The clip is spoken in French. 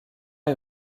est